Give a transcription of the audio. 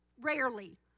rarely